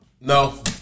No